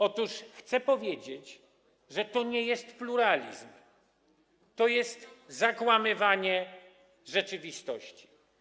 Otóż chcę powiedzieć, że to nie jest pluralizm, to jest zakłamywanie rzeczywistości.